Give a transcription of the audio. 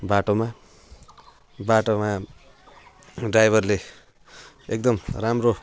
बाटोमा बाटोमा ड्राइभरले एकदम राम्रो